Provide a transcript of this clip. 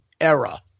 era